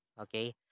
Okay